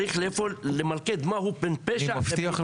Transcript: צריך למקד מהו כאן פשע